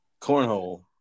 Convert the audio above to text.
Cornhole